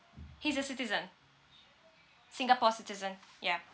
he's a citizen singapore citizen ya